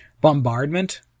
bombardment